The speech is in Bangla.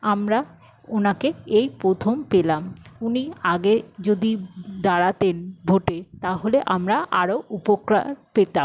আমরা ওনাকে এই প্রথম পেলাম উনি আগে যদি দাঁড়াতেন ভোটে তাহলে আমরা আরো উপকার পেতাম